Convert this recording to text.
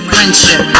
Friendship